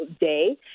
day